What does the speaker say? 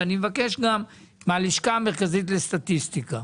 ואני מבקש גם מהלשכה המרכזית לסטטיסטיקה.